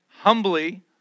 humbly